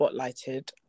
spotlighted